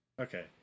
Okay